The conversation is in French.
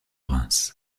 reims